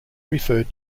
referred